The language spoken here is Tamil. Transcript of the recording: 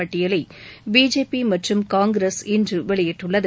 பட்டியலை பிஜேபி மற்றும் காங்கிரஸ் இன்று வெளியிட்டுள்ளது